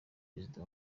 perezida